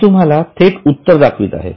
मी तुम्हाला थेट उत्तर दाखवीत आहे